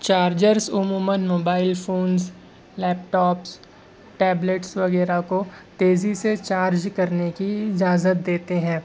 chargers عموماً mobile phones laptops tablets وغیرہ کو تیزی سے چارج کرنے کی اجازت دیتے ہیں